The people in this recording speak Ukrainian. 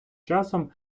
часом